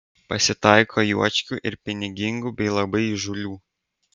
pasitaiko juočkių ir pinigingų bei labai įžūlių